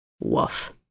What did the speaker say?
Woof